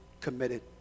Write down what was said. committed